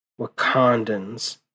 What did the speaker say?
Wakandans